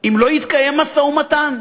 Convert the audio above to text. אם לא יתקיים משא-ומתן?